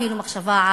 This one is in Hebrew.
אפילו מחשבה,